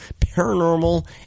paranormal